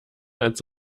als